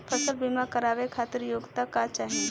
फसल बीमा करावे खातिर योग्यता का चाही?